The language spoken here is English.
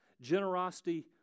Generosity